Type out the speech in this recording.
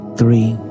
three